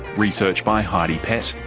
research by heidi pett,